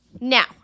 Now